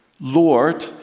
Lord